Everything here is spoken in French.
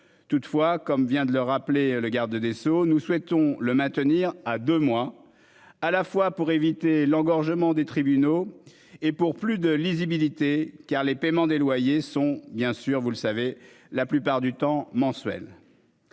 Toutefois, comme vient de le rappeler le garde des Sceaux nous souhaitons le maintenir à deux mois à la fois pour éviter l'engorgement des tribunaux. Et pour plus de lisibilité car les paiements des loyers sont bien sûr vous le savez, la plupart du temps mensuelle.